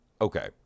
okay